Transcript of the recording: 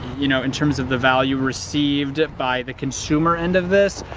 you know in terms of the value received by the consumer end of this?